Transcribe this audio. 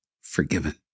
forgiven